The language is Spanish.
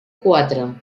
cuatro